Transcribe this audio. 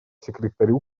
секретарю